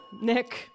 Nick